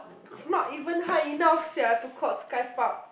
not even high enough sia to called sky park